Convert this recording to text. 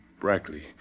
Brackley